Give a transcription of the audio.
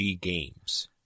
games